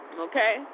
Okay